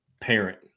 parent